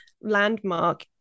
landmark